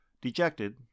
Dejected